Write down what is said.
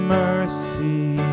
mercy